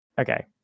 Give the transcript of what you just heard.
Okay